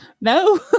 No